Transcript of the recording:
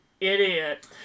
idiot